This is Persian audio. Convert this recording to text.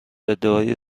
ادعای